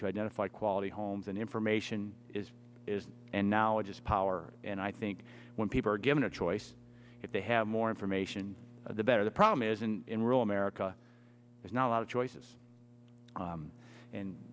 to identify quality homes and information is and knowledge is power and i think when people are given a choice if they have more information the better the problem isn't in rural america is not a lot of choices